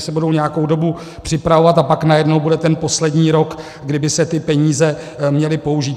Ty projekty se budou nějakou dobu připravovat, a pak najednou bude ten poslední rok, kdy by se ty peníze měly použít.